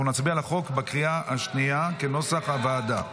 אנחנו נצביע על החוק בקריאה השנייה, כנוסח הוועדה.